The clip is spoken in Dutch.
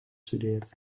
studeert